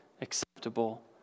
acceptable